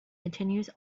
continues